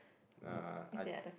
uh I